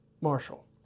Marshall